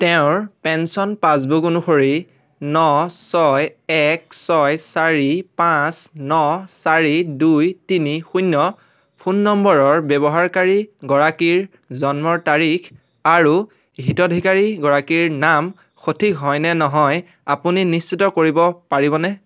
তেওঁৰ pension passbook অনুসৰি ন ছয় এক ছয় চাৰি পাঁচ ন চাৰি দুই তিনি শূন্য ফোন নম্বৰৰ ব্যৱহাৰকাৰীগৰাকীৰ জন্মৰ তাৰিখ আৰু হিতধিকাৰীগৰাকীৰ নাম সঠিক হয়নে নহয় আপুনি নিশ্চিত কৰিব পাৰিবনে